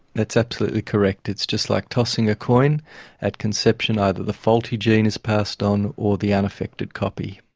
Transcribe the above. that's absolutely correct it's just like tossing a coin at conception. either the faulty gene is passed on or the unaffected copy.